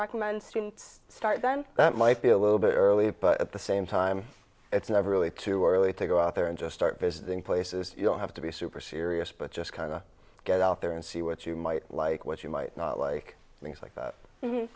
recommend students start then that might be a little bit early but at the same time it's never really too early to go out there and just start visiting places you know have to be super serious but just kind of get out there and see what you might like what you might not like things like that